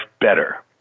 better